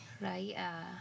right